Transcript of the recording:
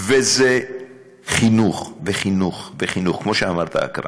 וזה חינוך, וחינוך וחינוך, כמו שאמרת, אכרם.